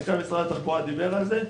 מנכ"ל משרד התחבורה דיבר על זה,